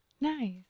Nice